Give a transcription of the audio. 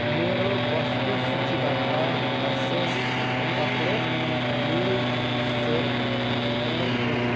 मेरो वस्तु सूचीबाट हर्सेस चकलेट मिल्क सेक हटाउनुहोस्